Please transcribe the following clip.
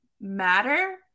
matter